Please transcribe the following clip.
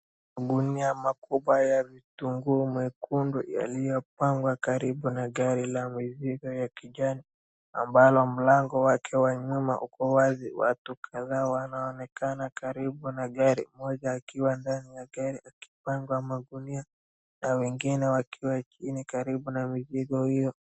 Magunia ,makubwa ya vitunguu mwekundu yaliyopangwa karibu na gari la mizigo ya kijani ambalo mlango wake wa nyuma uko wazi. Watu kadhaa wanaonekana karibu na gari, mmoja akiwa ndani ya gari akipanga magunia, na wengine wakiwa chini karibu na mizigo hiyo.